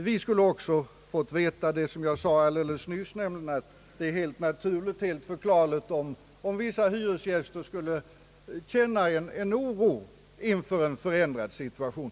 Vi skulle också fått veta det jag sade alldeles nyss, nämligen att det är helt naturligt och förklarligt om vissa hyresgäster känner oro inför en ändrad situation.